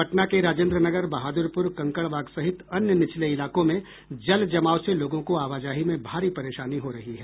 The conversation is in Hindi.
पटना के राजेन्द्र नगर बहादुरपुर कंकड़बाग सहित अन्य निचले इलाकों में जल जमाव से लोगों को आवाजाही में भारी परेशानी हो रही है